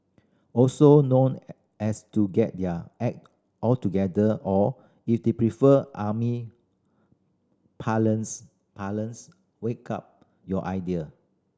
also known as to get your act or together or if you prefer army parlance parlance wake up your idea